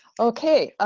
okay,